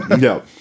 no